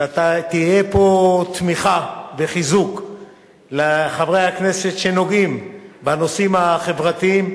ואתה תהיה פה תמיכה וחיזוק לחברי הכנסת שנוגעים בנושאים החברתיים.